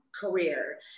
career